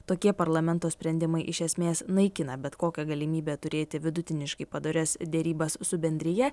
tokie parlamento sprendimai iš esmės naikina bet kokią galimybę turėti vidutiniškai padorias derybas su bendrija